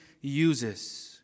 uses